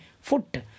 foot